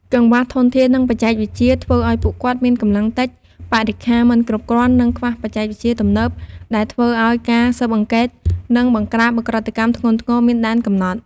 កង្វះធនធាន និងបច្ចេកវិទ្យា ធ្វើឲ្យពួកគាត់មានកម្លាំងតិច បរិក្ខារមិនគ្រប់គ្រាន់ និងខ្វះបច្ចេកវិទ្យាទំនើប ដែលធ្វើឲ្យការស៊ើបអង្កេត និងបង្ក្រាបឧក្រិដ្ឋកម្មធ្ងន់ធ្ងរមានដែនកំណត់។